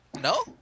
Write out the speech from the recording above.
No